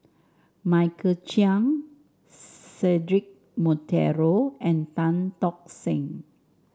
Michael Chiang Cedric Monteiro and Tan Tock Seng